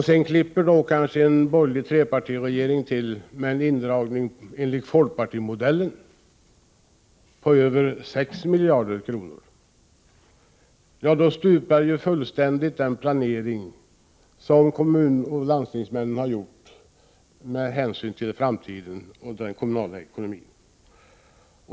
Sedan klipper kanske den borgerliga trepartiregeringen till med en indragning enligt folkpartimodell på över 6 miljarder. Då stupar ju fullständigt den planering som kommunoch landstingsmän har gjort med hänsyn till framtiden och den kommunala ekonomin.